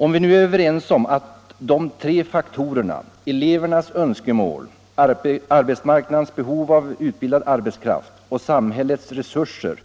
Om vi nu är överens om att de tre faktorerna elevernas önskemål, arbetsmarknadens behov av utbildad arbetskraft och samhällets resurser